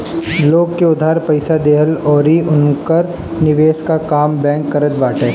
लोग के उधार पईसा देहला अउरी उनकर निवेश कअ काम बैंक करत बाटे